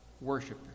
worship